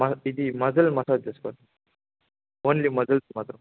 మ ఇది muscle massage only muscles మాత్రమే